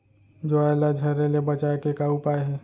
ज्वार ला झरे ले बचाए के का उपाय हे?